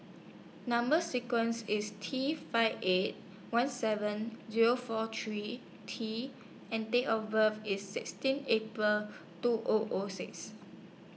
Number sequence IS T five eight one seven Zero four three T and Date of birth IS sixteen April two O O six